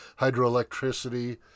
hydroelectricity